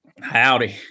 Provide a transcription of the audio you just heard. Howdy